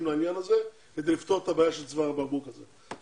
לעניין הזה כדי לפתור את הבעיה של צוואר הבקבוק הזה.